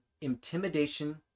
intimidation